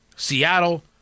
Seattle